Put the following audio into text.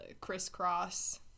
crisscross